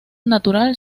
natural